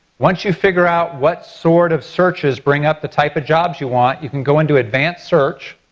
once you figure out what sort of searches bring up the type of jobs you want you can go into advanced search,